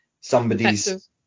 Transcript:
somebody's